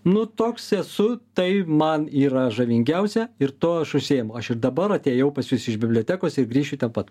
nu toks esu tai man yra žavingiausia ir tuo aš užsiimu aš ir dabar atėjau pas jus iš bibliotekos ir grįšiu ten pat